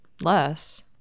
less